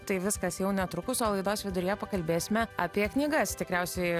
tai viskas jau netrukus o laidos viduryje pakalbėsime apie knygas tikriausiai